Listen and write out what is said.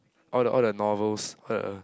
all the all the novels quite a